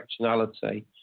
directionality